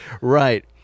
right